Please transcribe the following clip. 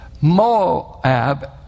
Moab